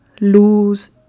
lose